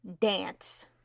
dance